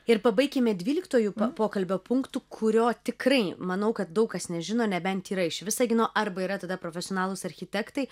ir pabaikime dvyliktuoju pokalbio punktu kurio tikrai manau kad daug kas nežino nebent yra iš visagino arba yra tada profesionalūs architektai